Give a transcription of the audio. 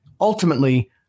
Ultimately